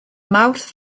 mawrth